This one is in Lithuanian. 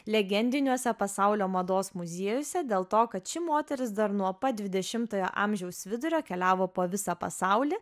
legendiniuose pasaulio mados muziejuose dėl to kad ši moteris dar nuo pat dvidešimtojo amžiaus vidurio keliavo po visą pasaulį